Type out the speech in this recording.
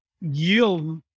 yield